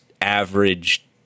average